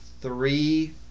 three